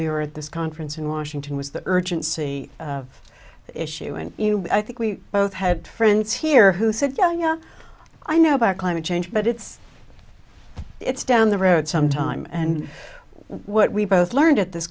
we were at this conference in washington was the urgency issue and i think we both had friends here who said i know about climate change but it's it's down the road sometime and what we both learned at this